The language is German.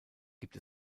gibt